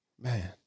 man